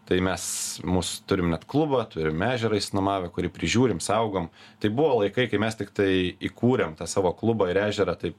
tai mes mūsų turim net klubą turim ežerą išsinuomavę kurį prižiūrim saugom tai buvo laikai kai mes tiktai įkūrėm tą savo klubą ir ežerą tai